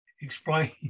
explain